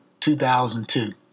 2002